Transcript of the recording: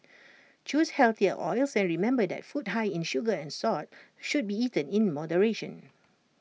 choose healthier oils and remember that food high in sugar and salt should be eaten in moderation